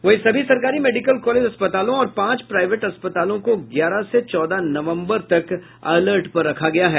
वहीं सभी सरकारी मेडिकल कॉलेज अस्पतालों और पांच प्राईवेट अस्पतालों कों ग्यारह से चौदह नवम्बर तक अलर्ट पर रखा गया है